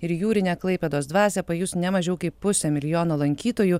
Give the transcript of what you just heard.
ir jūrinę klaipėdos dvasią pajus ne mažiau kaip pusė milijono lankytojų